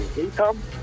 income